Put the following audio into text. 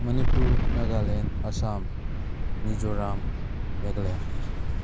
Manipur Nagaland Assam Mizoram Meghalaya